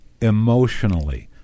emotionally